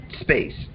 space